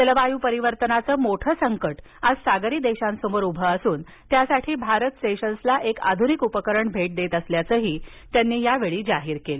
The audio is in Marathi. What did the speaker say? जलवायू परिवर्तनाचं मोठं संकट आज सागरी देशांसमोर उभं असून त्यासाठी भारत सेशल्सला एक आधुनिक उपकरण भेट देत असल्याचंही त्यांनी जाहीर केल